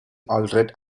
aldred